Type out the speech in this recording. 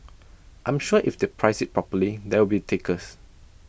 I'm sure if they price IT properly there will be takers